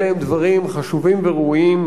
אלה דברים חשובים וראויים.